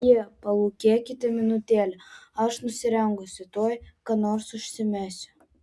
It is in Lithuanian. oje palūkėkite minutėlę aš nusirengusi tuoj ką nors užsimesiu